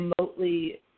remotely